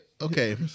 okay